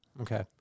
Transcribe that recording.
okay